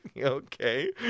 okay